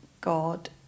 God